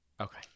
Okay